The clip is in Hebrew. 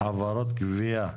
(חברות גבייה),